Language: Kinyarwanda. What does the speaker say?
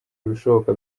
ibishoboka